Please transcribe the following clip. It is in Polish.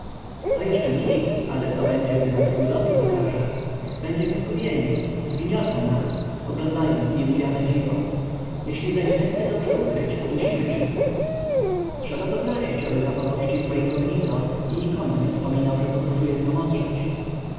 to jeszcze nic ale co będzie gdy nas ludowi pokaże będziemy zgubieni zgniotą nas oglądając niewidziane dziwo jeśli zaś zechce dobrze ukryć podusimy się trzeba go prosić aby zachował ścisłe incognito i nikomu nie wspominał że podróżuje samotrzeć